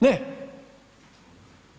Ne,